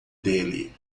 dele